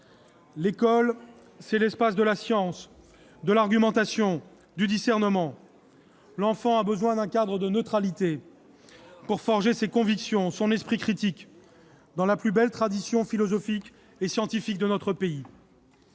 L'école, c'est l'espace de la science, de l'argumentation, du discernement. L'enfant a besoin d'un cadre de neutralité pour forger ses convictions et son esprit critique, ... Précisément !... dans la plus belle tradition philosophique et scientifique de notre pays.